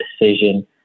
decision